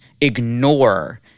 ignore